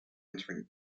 entering